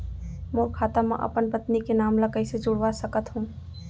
मोर खाता म अपन पत्नी के नाम ल कैसे जुड़वा सकत हो?